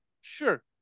sure